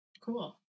Cool